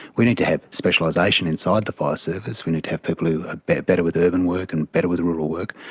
we need to have specialisation inside the fire service, we need to have people who ah are better with urban work and better with rural work,